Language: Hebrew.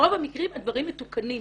ברוב המקרים הדברים מתוקנים,